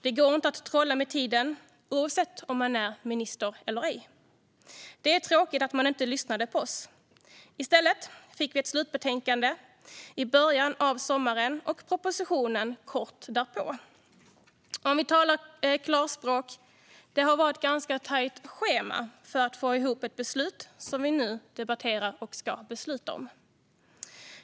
Det går inte att trolla med tiden, oavsett om man är minister eller ej. Det är tråkigt att man inte lyssnade på oss. I stället fick vi slutbetänkandet i början av sommaren och propositionen kom kort därpå. Om vi talar klarspråk har det varit ett ganska tajt schema för att få till ett förslag som vi nu debatterar och ska besluta om.